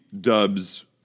Dub's